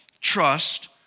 Trust